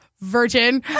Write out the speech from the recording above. virgin